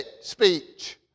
speech